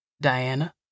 Diana